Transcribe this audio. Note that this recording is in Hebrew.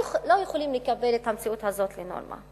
יכולים לקבל את המציאות הזאת כנורמה.